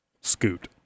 Scoot